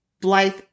Blythe